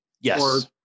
Yes